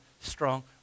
strong